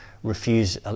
refuse